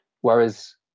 whereas